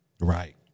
Right